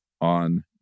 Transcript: on